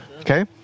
Okay